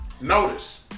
Notice